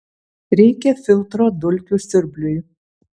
reikia filtro dulkių siurbliui